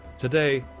today,